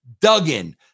Duggan